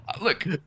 Look